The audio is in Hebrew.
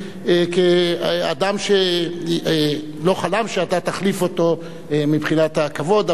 כאדם שלא חלם שאתה תחליף אותו מבחינת הכבוד,